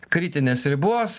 kritinės ribos